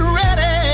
ready